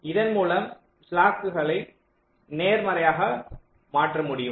இதன் மூலம் ஸ்லாக்குகளை நேர்மறையாக மாற்ற முடியும்